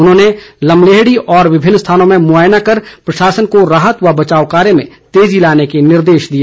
उन्होंने लमलेहड़ी और विभिन्न स्थानों में मुआयना कर प्रशासन को राहत व बचाव कार्य में तेजी लाने के निर्देश दिए